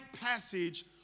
passage